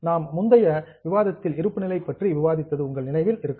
நாம் முந்தைய விவாதத்தில் இருப்பு நிலைகளை பற்றி விவாதித்தது உங்கள் நினைவில் இருக்கும்